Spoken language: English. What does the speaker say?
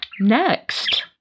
next